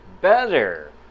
better